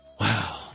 Wow